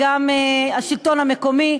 השלטון המקומי,